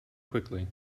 quickly